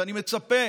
ואני מצפה